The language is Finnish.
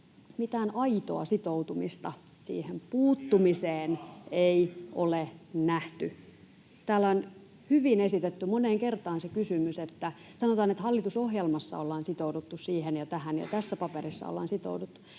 Täällä on hyvin esitetty, moneen kertaan, se kysymys — sanotaan, että hallitusohjelmassa ollaan sitouduttu siihen ja tähän, ja tässä paperissa ollaan sitouduttu